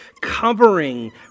covering